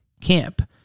camp